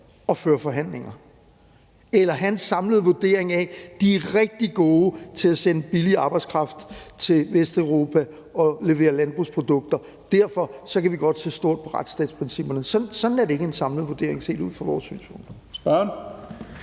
og føre forhandlinger eller have en samlet vurdering af, at de er rigtig gode til at sende billig arbejdskraft til Vesteuropa og levere landbrugsprodukter, og derfor kan vi godt se stort på retsstatsprincipperne. Sådan er det ikke en samlet vurdering, set ud fra vores synspunkt.